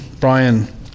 Brian